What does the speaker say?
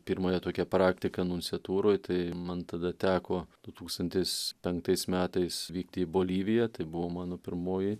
pirmąją tokią praktiką nunciatūroj tai man tada teko du tūkstantis penktais metais vykti į boliviją tai buvo mano pirmoji